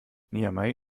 niamey